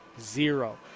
zero